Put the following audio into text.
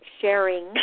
sharing